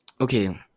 okay